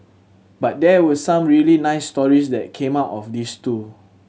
but there were some really nice stories that came out of this too